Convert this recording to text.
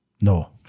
No